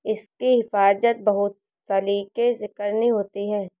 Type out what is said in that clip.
इसकी हिफाज़त बहुत सलीके से करनी होती है